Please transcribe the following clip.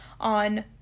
on